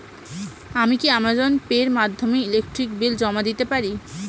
আমি কি Amazon Pay এর মাধ্যমে ইলেকট্রিক বিল জমা দিতে পারি?